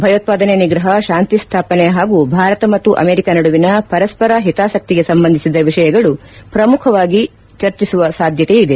ಭಯೋತ್ವಾದನೆ ನಿಗ್ರಹ ಶಾಂತಿ ಸ್ದಾಪನೆ ಹಾಗೂ ಭಾರತ ಮತ್ತು ಅಮೆರಿಕ ನಡುವಿನ ಪರಸ್ವರ ಹಿತಾಸಕ್ಕಿಗೆ ಸಂಬಂಧಿಸಿದ ವಿಷಯಗಳು ಪ್ರಮುಖವಾಗುವ ಸಾಧ್ಯತೆಯಿದೆ